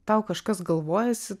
tau kažkas galvojasi